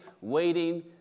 waiting